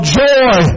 joy